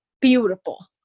beautiful